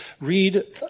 read